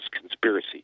conspiracy